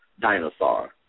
dinosaur